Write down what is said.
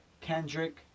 Kendrick